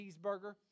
cheeseburger